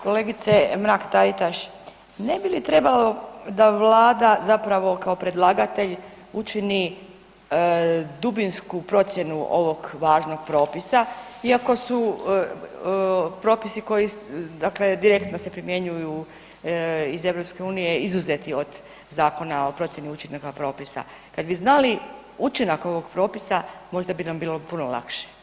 Kolegice Mrak-Taritaš, ne bi li trebalo da vlada zapravo kao predlagatelj učini dubinsku procjenu ovog važnog propisa iako su propisi koji, dakle direktno se primjenjuju iz EU, izuzeti od Zakona o procjeni učinaka propisa, kad bi znali učinak ovog propisa možda bi nam bilo puno lakše.